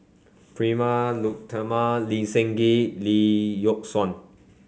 Prema Letchumanan Lee Seng Gee Lee Yock Suan